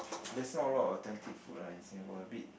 there's not a lot of authentic food lah in Singapore a bit